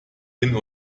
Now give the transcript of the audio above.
hin